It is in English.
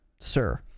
sir